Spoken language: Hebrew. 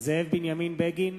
זאב בנימין בגין,